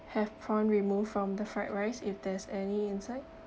have prawn removed from the fried rice if there's any inside